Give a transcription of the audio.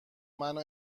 منو